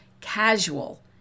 casual